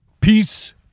Peace